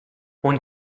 one